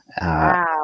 Wow